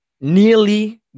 nearly